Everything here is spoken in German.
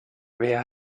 wer